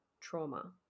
trauma